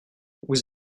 vous